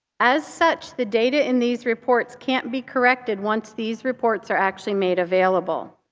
as such, the data in these reports can't be corrected once these reports are actually made available.